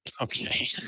Okay